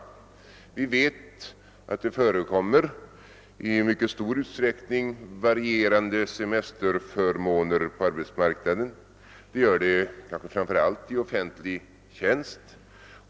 Vi vet att det i mycket stor utsträckning förekommer varierande semesterförmåner på arbetsmarknaden. Det gör det kanske framför allt i offentlig tjänst.